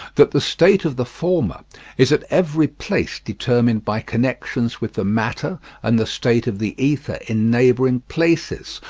that the state of the former is at every place determined by connections with the matter and the state of the ether in neighbouring places,